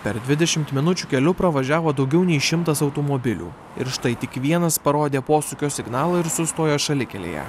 per dvidešimt minučių keliu pravažiavo daugiau nei šimtas automobilių ir štai tik vienas parodė posūkio signalą ir sustojo šalikelėje